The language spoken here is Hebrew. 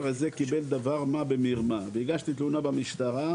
הזה קיבל דבר מה במרמה והגשתי תלונה במשטרה.